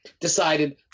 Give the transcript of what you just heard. decided